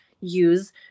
use